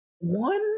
one